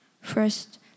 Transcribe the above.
First